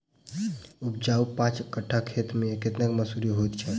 उपजाउ पांच कट्ठा खेत मे कतेक मसूरी होइ छै?